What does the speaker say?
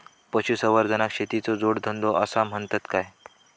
पशुसंवर्धनाक शेतीचो जोडधंदो आसा म्हणतत काय?